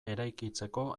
eraikitzeko